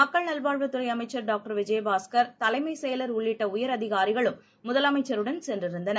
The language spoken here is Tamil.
மக்கள் நல்வாழ்வுத்துறைஅமைச்சர் டாக்டர் விஜயபாஸ்கர் தலைமைச் செயலர் உள்ளிட்டஉயரதிகாரிகளும் முதலமைச்சருடன் சென்றிருந்தனர்